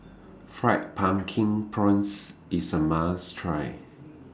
Fried Pumpkin Prawns IS A must Try